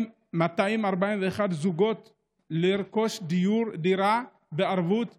6,241 זוגות לרכוש דיור, דירה בערבות מדינה,